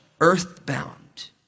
earthbound